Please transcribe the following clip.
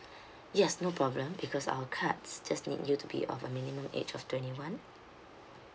yes no problem because our cards just need you to be of a minimum age of twenty one